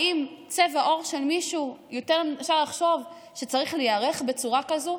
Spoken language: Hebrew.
מצבע עור של מישהו לחשוב שצריך להיערך בצורה כזאת?